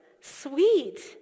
Sweet